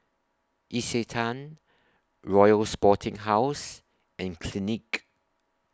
Isetan Royal Sporting House and Clinique